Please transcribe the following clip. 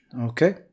okay